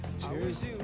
Cheers